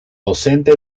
docente